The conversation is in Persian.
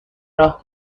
راه